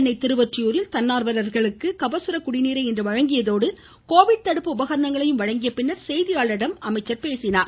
சென்னை திருவொற்றியூரில் தன்னார்வலர்களுக்கு இன்று கபசுர குடிநீரை வழங்கியதோடு கோவிட் தடுப்பு உபகரணங்களையும் வழங்கிய பின்னர் செய்தியாளர்களிடம் அவர் பேசினார்